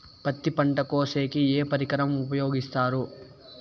పత్తి పంట కోసేకి ఏ పరికరం ఉపయోగిస్తారు?